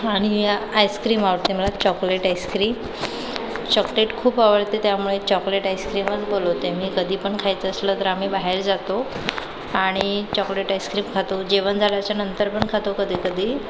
आणि आईस्क्रीम आवडते मला चॉकलेट आईस्क्री चॉकलेट खूप आवडते त्यामुळे चॉकलेट आईस्क्रीमच बोलावते मी कधी पण खायचं असलं तर आम्ही बाहेर जातो आणि चॉकलेट आईस्क्रीम खातो जेवण झाल्याच्यानंतर पण खातो कधी कधी